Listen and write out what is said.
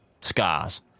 scars